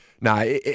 no